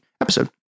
episode